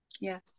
Yes